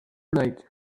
night